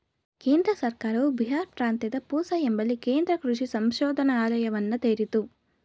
ಕೇಂದ್ರ ಸರ್ಕಾರವು ಬಿಹಾರ್ ಪ್ರಾಂತ್ಯದ ಪೂಸಾ ಎಂಬಲ್ಲಿ ಕೇಂದ್ರ ಕೃಷಿ ಸಂಶೋಧನಾಲಯವನ್ನ ತೆರಿತು